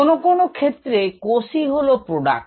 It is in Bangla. কোন কোন ক্ষেত্রে কোষই হলো প্রোডাক্ট